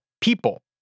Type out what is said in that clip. people